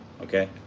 Okay